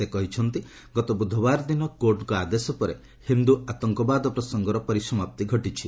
ସେ କହିଛନ୍ତି ଗତ ବୁଧବାର ଦିନ କୋର୍ଟଙ୍କ ଆଦେଶ ପରେ ହିନ୍ଦ୍ର ଆତଙ୍କବାଦ ପ୍ରସଙ୍ଗର ପରିସମାପ୍ତି ଘଟିଛି